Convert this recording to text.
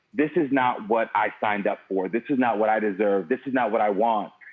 this is not what i signed up for. this is not what i deserve. this is not what i want.